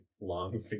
long